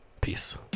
peace